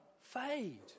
fade